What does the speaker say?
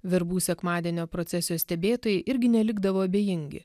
verbų sekmadienio procesijos stebėtojai irgi nelikdavo abejingi